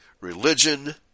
religion